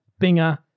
Binger